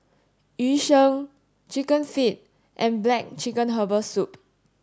Yu Sheng chicken feet and black chicken herbal soup